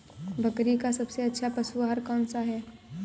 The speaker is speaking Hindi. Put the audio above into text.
बकरी का सबसे अच्छा पशु आहार कौन सा है?